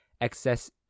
excess